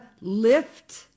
lift